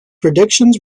predictions